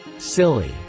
silly